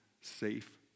safe